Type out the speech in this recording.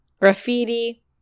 graffiti